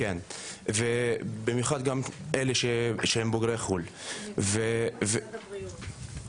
-- במיוחד אלה שהם בוגרי חו"ל -- מול משרד הבריאות.